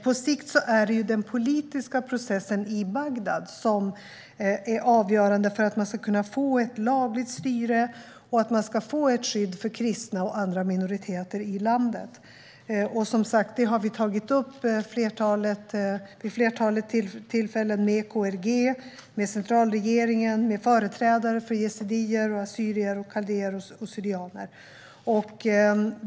På sikt är det den politiska processen i Bagdad som är avgörande för om man ska kunna få ett lagligt styre och skydd för kristna och andra minoriteter i landet. Det har vi som sagt tagit upp vid flera tillfällen med KRG, centralregeringen och företrädare för yazidier, assyrier, kaldéer och syrianer.